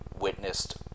witnessed